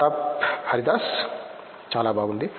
ప్రతాప్ హరిదాస్ చాలా బాగుంది